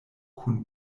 kun